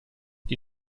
die